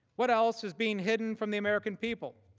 what else is being hidden from the american people?